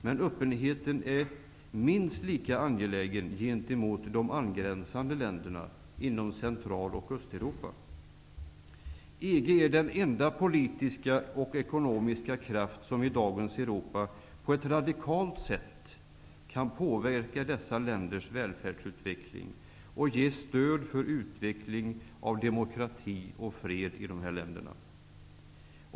Men öppenheten är minst lika angelägen för de angränsande länderna inom Central och EG är den enda politiska och ekonomiska kraft som i dagens Europa på ett radikalt sätt kan påverka dessa länders välfärdsutveckling och ge stöd för utveckling av demokrati och fred i dessa länder.